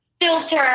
filter